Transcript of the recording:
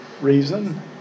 reason